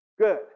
Good